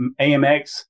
AMX